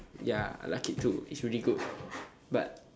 ya I like it too it is really good but